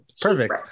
perfect